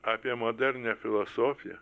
apie modernią filosofiją